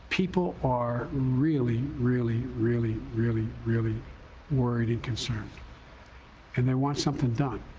people are really, really, really, really, really worried and concerned and they want something done,